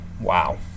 wow